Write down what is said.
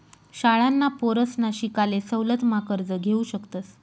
शाळांना पोरसना शिकाले सवलत मा कर्ज घेवू शकतस